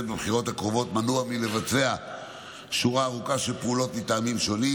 בבחירות הקרובות מנוע מלבצע שורה ארוכה של פעולות מטעמים שונים.